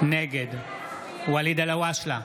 נגד ואליד אלהואשלה,